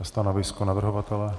Stanovisko navrhovatele?